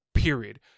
Period